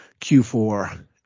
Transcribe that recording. Q4